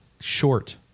Short